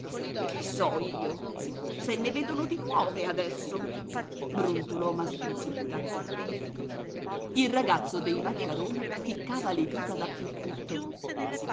che so io se ne vedono di nuove adesso brontolò mastro titta il ragazzo dei margarone ficcava le dita dappertutto